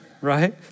Right